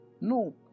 no